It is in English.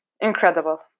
Incredible